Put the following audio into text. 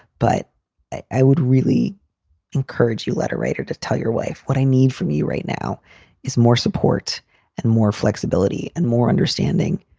but i would really encourage you, letter writer, to tell your wife what i need from you right now is more support and more flexibility and more understanding.